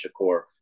Shakur